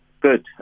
Good